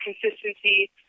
consistency